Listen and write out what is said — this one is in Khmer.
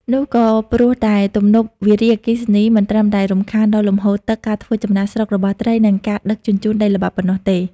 នោះក៏ព្រោះតែ ទំនប់វារីអគ្គិសនីមិនត្រឹមតែរំខានដល់លំហូរទឹក ការធ្វើចំណាកស្រុករបស់ត្រី និងការដឹកជញ្ជូនដីល្បាប់ប៉ុណ្ណោះទេ។